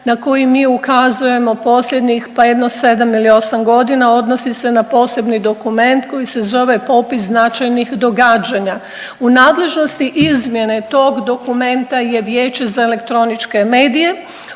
na koji mi ukazujemo posljednjih pa jedno sedam ili osam godina, odnosi se na posebni dokument koji se zove popis značajnih događanja. U nadležnosti izmjene tog dokumenta je Vijeće za elektroničke medije.